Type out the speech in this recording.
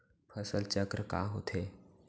फसल चक्र का होथे?